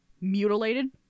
Mutilated